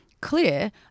clear